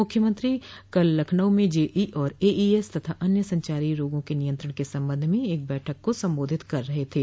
मुख्यमंत्री कल लखनऊ में जेई और एईएस तथा अन्य संचारी रोगों के नियंत्रण के संबंध में एक बैठक को संबोधित कर रहे थे